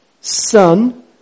Son